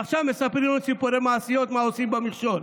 עכשיו מספרים לנו סיפורי מעשיות מה עושים במכשול.